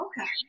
Okay